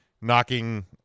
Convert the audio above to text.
knocking